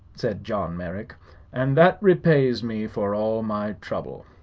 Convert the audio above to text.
said john merrick and that repays me for all my trouble.